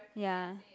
ya